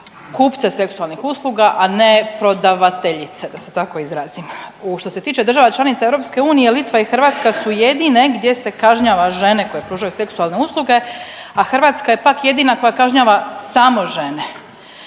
kupce seksualnih usluga, a ne prodavateljice da se tako izrazim. U što se tiče država članica EU Litva i Hrvatska su jedine gdje se kažnjava žene koje pružaju seksualne usluge, a Hrvatska je pak jedina koja kažnjava samo žene.